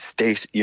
State